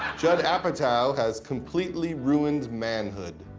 judd apatow has completely ruined manhood.